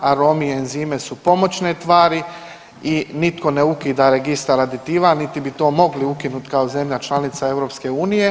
Arome i enzimi su pomoćne tvari i nitko ne ukida registar aditiva, niti bi to mogli ukinut kao zemlja članica EU.